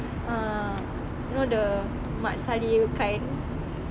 ah you know the mat salleh kind